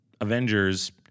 Avengers